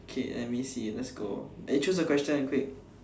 okay let me see let's go eh choose a question quick